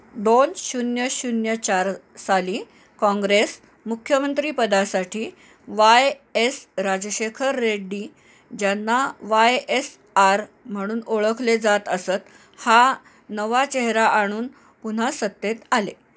दोन शून्य शून्य चार साली काँग्रेस मुख्यमंत्री पदासाठी वाय एस राजशेखर रेड्डी ज्यांना वाय एस आर म्हणून ओळखले जात असत हा नवा चेहरा आणून पुन्हा सत्तेत आले